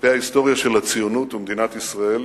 דפי ההיסטוריה של הציונות ומדינת ישראל